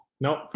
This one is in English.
Nope